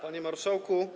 Panie Marszałku!